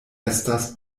estas